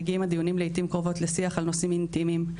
מגיעים הדיונים לעיתים קרובות לשיח על נושאים אינטימיים,